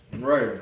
Right